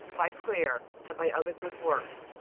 by prayer, and by other good works.